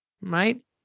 right